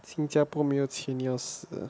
新加坡没有钱要死啊